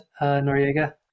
Noriega